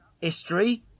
history